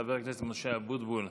חבר הכנסת משה אבוטבול,